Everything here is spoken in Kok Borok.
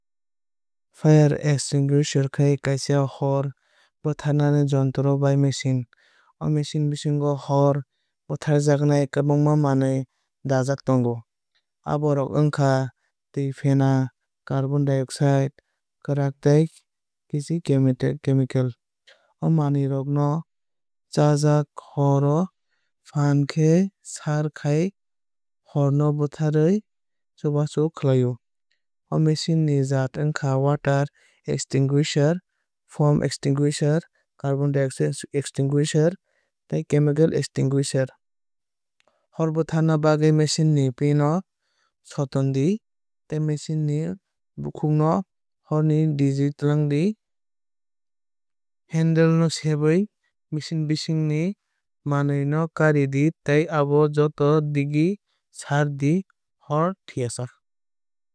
Fire extinguisher khe kaisa hor bwtharma jontro ba machine. O machine bisingo hor bwtharjaknai kwbangma manwui dajak tongo. Aborok wngkha twui fena carbon dioxide kwran tei kisi chemical. O manwui rok no chwngjak hor o phaan khe sar khai hor no bwtharnani chubachu khlai o. O machine ni jaat wngkha Water extinguisher foam extinguisher carbon dioxide extinguisher tei chemical extinguisher. Hor bwtharna bagwui machine ni pin o soton di tei machine ni bukhuk no hor ni digi twlang di. Handle no sebui machine bising ni manwui no kari di tei abono joto digi saar di hor thwuiyasa.